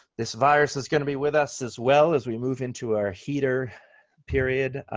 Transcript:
this virus is going to be with us as well as we move into our heater period